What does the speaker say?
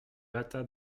hâta